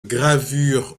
gravure